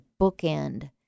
bookend